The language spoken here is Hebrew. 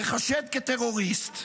ייחשד כטרוריסט,